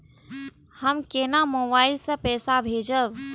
हम केना मोबाइल से पैसा भेजब?